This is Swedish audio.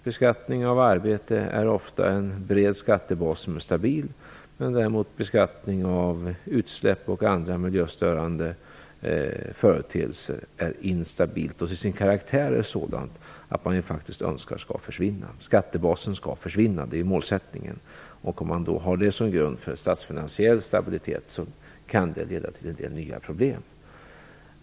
Beskattning av arbete innebär ofta en bred skattebas som är stabil, medan däremot beskattning av utsläpp och andra miljöstörande företeelser innebär en instabil skattebas. De är till sin karaktär sådana att man faktiskt önskar att den skattebasen skall försvinna - det är målsättningen. Om man då har det som statsfinansiell grund kan det leda till en del nya problem.